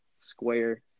square